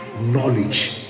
knowledge